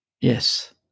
Yes